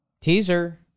Teaser